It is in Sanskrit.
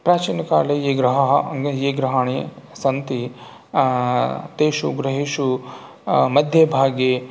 प्राचिनकाले ये गृहाः ये गृहाणि सन्ति तेषु गृहेषु मध्यभागे